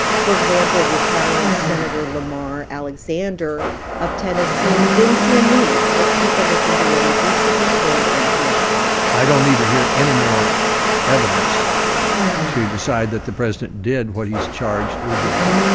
for example, retiring senator lamar alexander of tennessee didn't see a need. let's take a listen to what he recently told npr i don't need to hear any more evidence to decide that the president did what he's charged with doing.